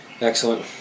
Excellent